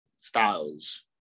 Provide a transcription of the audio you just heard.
Styles